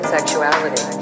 Sexuality